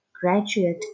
Graduate